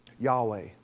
Yahweh